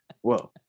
Whoa